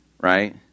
Right